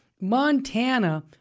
Montana